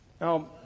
Now